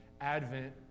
Advent